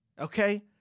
Okay